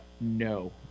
No